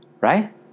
right